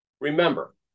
Remember